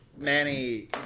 manny